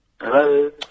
Hello